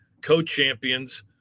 co-champions